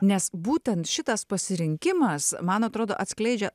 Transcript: nes būtent šitas pasirinkimas man atrodo atskleidžia